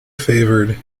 favored